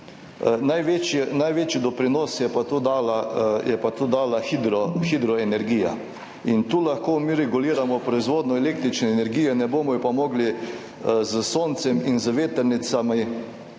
največji doprinos pa je dala hidroenergija in tukaj lahko mi reguliramo proizvodnjo električne energije, ne bomo pa je mogli s soncem in z vetrnicami,